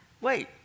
wait